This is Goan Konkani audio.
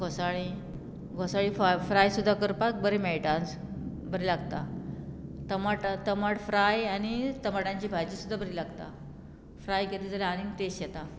घोसाळीं घोसाळीं फ्राय सुद्दां करपाक बरें मेळटा बरी लागता टमाट टमाट फ्राय आनी टमाटांची भाजी सुद्दां बरी लागता फ्राय केली जाल्यार आनीक टेस्ट येता